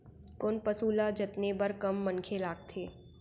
कोन पसु ल जतने बर कम मनखे लागथे?